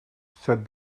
said